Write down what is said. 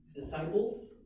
disciples